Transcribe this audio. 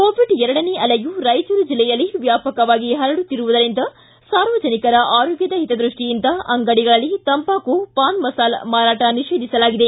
Covid ಎರಡನೇ ಅಲೆಯು ರಾಯಚೂರು ಜಿಲ್ಲೆಯಲ್ಲಿ ವ್ಯಾಪಕವಾಗಿ ಹರಡುತ್ತಿರುವುದರಿಂದ ಸಾರ್ವಜನಿಕರ ಆರೋಗ್ದದ ಹಿತದೃಷ್ಷಿಯಿಂದ ಅಂಡಿಗಳಲ್ಲಿ ತಂಬಾಕು ಪಾನ್ ಮಸಾಲ್ ಮಾರಾಟ ನಿಷೇಧಿಸಲಾಗಿದೆ